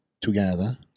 together